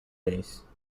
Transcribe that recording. base